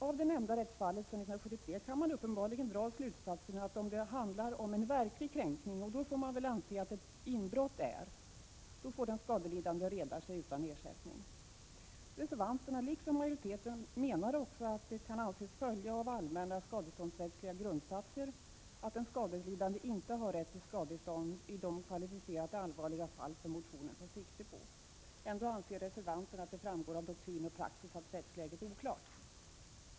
Av det nämnda rättsfallet från 1973 kan man uppenbarligen dra slutsatsen att om det handlar om en verklig kränkning — och det får man väl anse ett inbrott vara — får den skadelidande reda sig utan ersättning. Reservanterna menar också liksom majoriteten att det kan anses följa av allmänna skadeståndsrättsliga grundsatser att den skadelidande inte har rätt till skadestånd i de kvalificerat allvarliga fall som motionen tar sikte på. Ändå anser reservanterna att det framgår av doktrin och praxis att rättsläget är oklart.